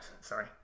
Sorry